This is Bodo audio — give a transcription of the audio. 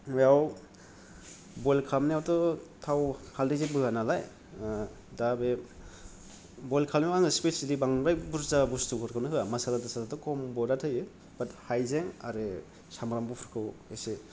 बेयाव बयल खालामनायावथ' थाव हालदै जेबो होआ नालाय दा बे बयल खालामनायाव आङो स्पेसिएललि बांद्राय बुरजा बुसथुफोरखौनो होआ मासाला थासालाथ' खम बराद होयो बात हायजें आरो सामब्राम गुफुरखौ एसे